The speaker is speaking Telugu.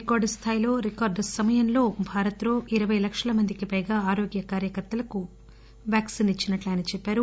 రికార్డు స్థాయిలో రికార్డు సమయంలో భారత్ లో ఇరవై లక్షల మందికి పైగా ఆరోగ్యకార్యకర్తలకు వాక్సిన్ ఇచ్చినట్లు ఆయన చెప్పారు